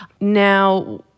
Now